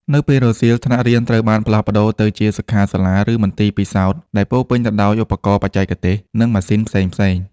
នៅពេលរសៀល ថ្នាក់រៀនត្រូវបានផ្លាស់ប្តូរទៅជាសិក្ខាសាលាឬមន្ទីរពិសោធន៍ដែលពោរពេញទៅដោយឧបករណ៍បច្ចេកទេស និងម៉ាស៊ីនផ្សេងៗ។